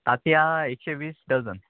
तातयां एकशे वीस डजन